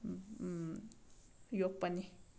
ꯌꯣꯛꯄꯅꯤ